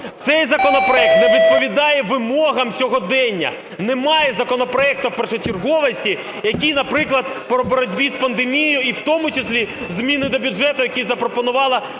Цей законопроект не відповідає вимогам сьогодення, немає у законопроекту першочерговості, який, наприклад, при боротьбі з пандемією, і в тому зміни до бюджету, які запропонувала